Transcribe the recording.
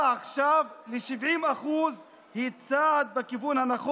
זו הצעה טובה, נכונה, הצעה שתציל חיים.